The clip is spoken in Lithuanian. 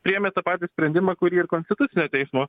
priėmė tą patį sprendimą kurį ir konstitucinio teismo